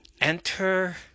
Enter